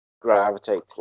gravitate